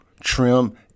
trim